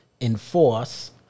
enforce